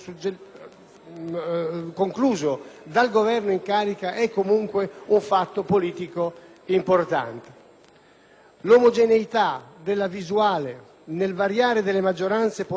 L'omogeneità della visuale nel variare delle maggioranze politiche deriva evidentemente dalla condivisione delle opportunità per il nostro Paese di voltare pagina